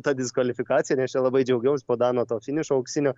ta diskvalifikacija nes čia labai džiaugiaus po dano to finišo auksinio